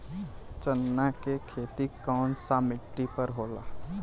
चन्ना के खेती कौन सा मिट्टी पर होला?